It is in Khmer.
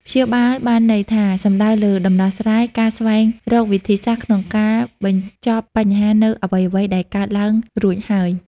ព្យាបាលមានន័យថា សំដៅលើដំណោះស្រាយ ការស្វែងរកវិធីសាស្ត្រក្នុងការបញ្ចប់បញ្ហានូវអ្វីៗដែលបានកើតឡើងរួចហើយ។